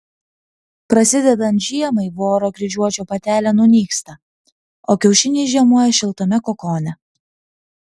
prasidedant žiemai voro kryžiuočio patelė nunyksta o kiaušiniai žiemoja šiltame kokone